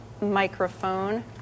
microphone